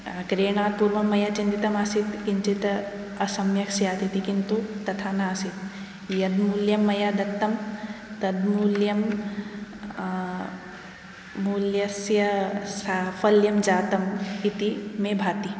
क्रयणात् पूर्वं मया चिन्तितमासीत् किञ्चित् असम्यक् स्यात् इति किन्तु तथा न आसीत् यद्मूल्यं मया दत्तं तद्मूल्यं मूल्यस्य साफल्यं जातम् इति मे भाति